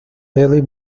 haile